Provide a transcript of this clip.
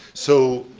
so,